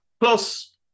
Plus